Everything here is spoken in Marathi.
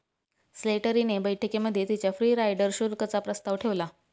स्लेटरी ने बैठकीमध्ये तिच्या फ्री राईडर शुल्क चा प्रस्ताव ठेवला